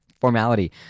formality